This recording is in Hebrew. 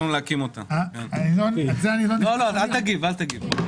אני רוצה להתחבר לדברים של אלכס על כך